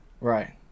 right